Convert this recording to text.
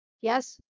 Yes